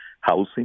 housing